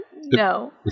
No